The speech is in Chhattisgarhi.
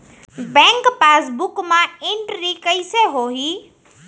बैंक पासबुक मा एंटरी कइसे होही?